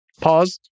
Pause